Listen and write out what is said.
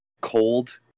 cold